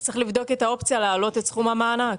צריך לבדוק אופציה להעלות את סכום המענק.